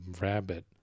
rabbit